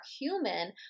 human